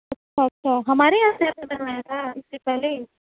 اچھا اچھا ہمارے یہاں سے آپ نے بنوایا تھا اس سے پہلے